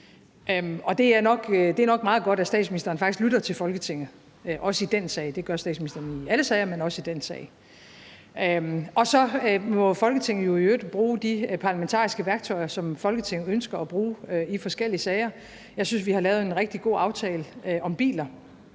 Det er nok meget godt, at statsministeren faktisk lytter til Folketinget, også i den sag, og det gør statsministeren i alle sager – også i den sag. Så må Folketinget jo i øvrigt bruge de parlamentariske værktøjer, som Folketinget ønsker at bruge i forskellige sager. Jeg synes, vi har lavet en rigtig god aftale om biler